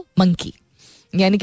monkey